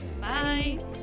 Bye